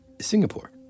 Singapore